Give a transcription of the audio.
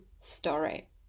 story